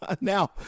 Now